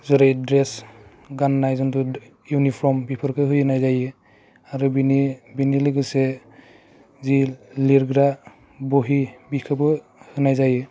जेरै द्रेस गान्नाय जोंथ' इउनिफर्म बेफोरखौ होनाय जायो आरो बिनि बिनि लोगोसे जि लिरग्रा बहि बिखौबो होनाय जायो